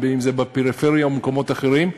אם בפריפריה ואם במקומות אחרים.